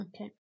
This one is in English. okay